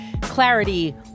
clarity